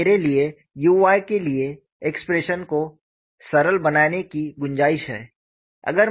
और मेरे लिए u y के लिए एक्सप्रेशन को सरल बनाने की गुंजाइश है